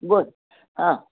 बर हां